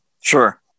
Sure